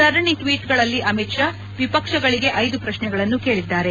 ಸರಣಿ ಟ್ವೀಟ್ಗಳಲ್ಲಿ ಅಮಿತ್ ತಾ ವಿಪಕ್ಷಗಳಗೆ ಐದು ಪ್ರಕ್ನೆಗಳನ್ನು ಕೇಳಿದ್ದಾರೆ